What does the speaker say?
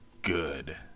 Good